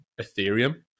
Ethereum